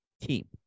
team